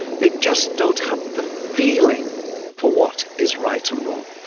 they just don't have the feeling for what is right and wrong.